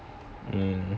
mm